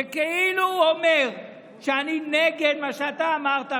זה כאילו אומר שאני נגד מה שאתה אמרת עכשיו,